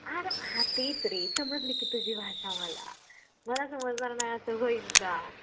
अरं मग हां तेच रे समजली की तुझी भाषा मला मला समजणार नाही असं होईल का